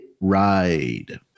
ride